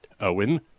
Owen